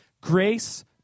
grace